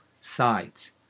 sides